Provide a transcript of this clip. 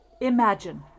Imagine